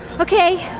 okay.